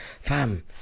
fam